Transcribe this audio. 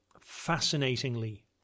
fascinatingly